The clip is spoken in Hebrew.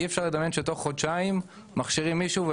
אי אפשר לדמיין שתוך חודשיים מכשירים מישהו והוא